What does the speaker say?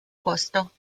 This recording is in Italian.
costo